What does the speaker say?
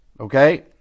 Okay